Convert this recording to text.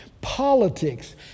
politics